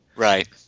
Right